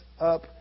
up